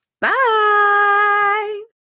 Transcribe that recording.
Bye